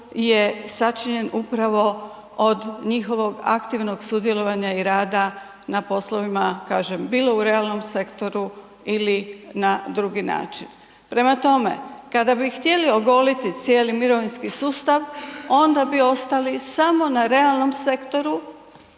je sačinjen upravo od njihovog aktivnog sudjelovanja i rada na poslovima, kažem bilo u realnom sektoru ili na drugi način. Prema tome, kada bi htjeli ogoliti cijeli mirovinski sustav onda bi ostali samo na realnom sektoru